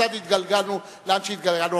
כיצד התגלגלנו לאן שהתגלגלנו,